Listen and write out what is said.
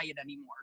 anymore